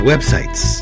Websites